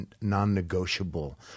non-negotiable